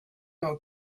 are